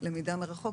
למידה מרחוק,